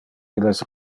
illes